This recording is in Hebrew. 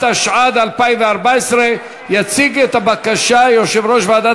התשע"ד 2014. יציג את הבקשה יושב-ראש ועדת